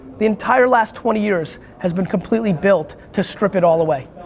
the entire last twenty years has been completely built to strip it all away.